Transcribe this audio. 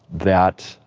that,